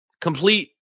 complete